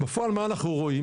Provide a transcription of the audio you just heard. בפועל מה אנחנו רואים?